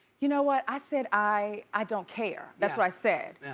you know what, i said i i don't care. that's what i said,